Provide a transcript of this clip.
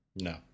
No